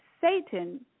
Satan